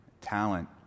talent